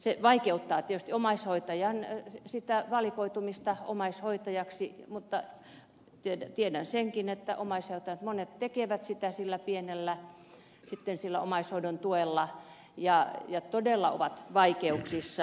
se vaikeuttaa tietysti omaishoitajan valikoitumista omaishoitajaksi mutta tiedän senkin että monet omaishoitajat tekevät sitä sillä pienellä omaishoidon tuella ja todella ovat vaikeuksissa